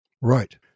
Right